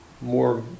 more